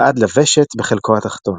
ועד לוושט בחלקו התחתון.